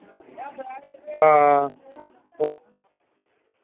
हां ओह्